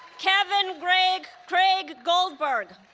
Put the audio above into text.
kevin craig craig goldberg